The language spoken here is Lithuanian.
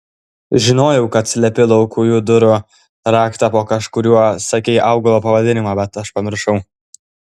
žinojau kad slepi laukujų durų raktą po kažkuriuo sakei augalo pavadinimą bet aš pamiršau